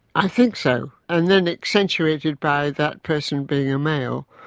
i think so and then accentuated by that person being a male.